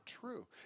true